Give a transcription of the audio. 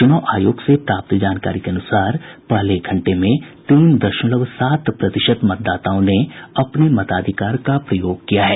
चुनाव आयोग से प्राप्त जानकारी के अनुसार पहले घंटे में तीन दशमलव सात प्रतिशत मतदाताओं ने अपने मताधिकार का प्रयोग किया है